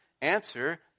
answer